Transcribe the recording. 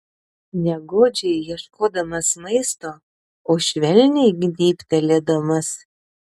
ne godžiai ieškodamas maisto o švelniai gnybtelėdamas